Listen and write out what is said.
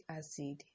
acid